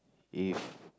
if